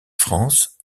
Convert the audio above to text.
france